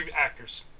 actors